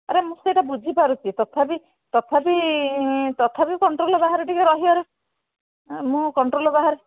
ଆରେ ମୁଁ ସେଇଟା ବୁଝିପାରୁଛି ତଥାପି ତଥାପି କଣ୍ଟ୍ରୋଲ ବାହାରେ ଟିକେ ରହିବାର ମୁଁ କଣ୍ଟ୍ରୋଲ ବାହାରେ